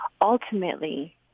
ultimately